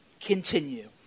continue